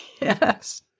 Yes